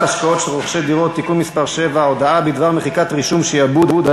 השקעות של רוכשי דירות) (תיקון מס' 7) (הודעה בדבר מחיקת רישום שעבוד),